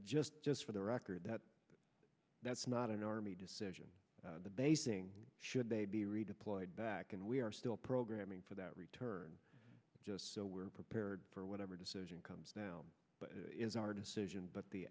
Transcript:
just just for the record that that's not an army decision the basing should they be redeployed back and we are still programming for that return just so we're prepared for whatever decision comes is our decision but the